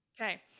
Okay